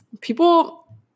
people